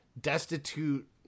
destitute